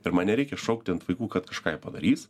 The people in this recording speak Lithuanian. ir man nereikia šaukti ant vaikų kad kažką jie padarys